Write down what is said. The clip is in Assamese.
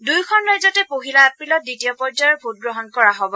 দুয়োখন ৰাজ্যতে পহিলা এপ্ৰিলত দ্বিতীয় পৰ্যায়ৰ ভোটগ্ৰহণ কৰা হ'ব